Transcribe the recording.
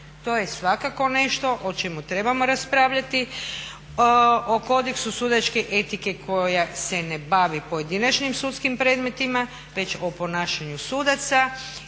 To je svakako nešto o čemu trebamo raspravljati, o kodeksu sudačke etike koja se ne bavi pojedinačnim sudskim predmetima već o ponašanju sudaca,